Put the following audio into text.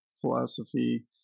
philosophy